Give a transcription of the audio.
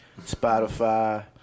Spotify